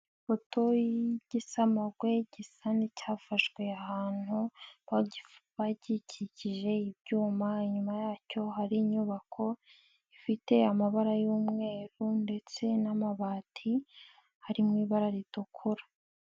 Ifoto yigisamagowe gisa n'icyafashwe ahantu, bagikikije ibyuma, inyuma yacyo hari inyubako ifite amabara y'umweru ndetse n'amabati. Ari mu ibara ritukura.